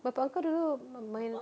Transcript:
bapa aku dulu ma~ main